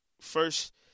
first